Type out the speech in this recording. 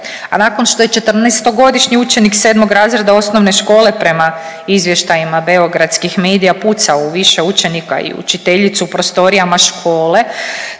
A nakon što je 14-godišnji učenik 7. razreda osnovne škole prema izvještajima beogradskih medija pucao u više učenika i učiteljicu u prostorijama škole